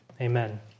Amen